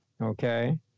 Okay